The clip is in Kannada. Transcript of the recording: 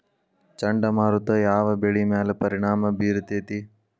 ಚಂಡಮಾರುತ ಯಾವ್ ಬೆಳಿ ಮ್ಯಾಲ್ ಪರಿಣಾಮ ಬಿರತೇತಿ?